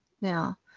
Now